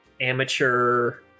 amateur